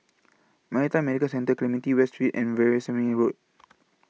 Maritime Medical Centre Clementi West Street and Veerasamy Road